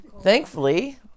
Thankfully